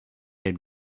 had